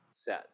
says